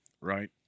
Right